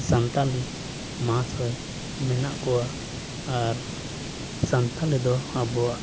ᱥᱟᱱᱛᱟᱞᱤ ᱢᱟᱦᱟᱥᱚᱭ ᱢᱮᱱᱟᱜ ᱠᱚᱣᱟ ᱟᱨ ᱥᱟᱱᱛᱟᱲ ᱫᱚ ᱟᱵᱚᱣᱟᱜ